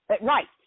Right